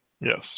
Yes